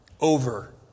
over